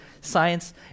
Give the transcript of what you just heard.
science